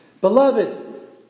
Beloved